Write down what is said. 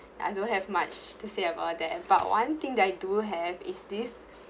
I don't have much to say about that and but one thing that I do have is this